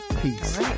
Peace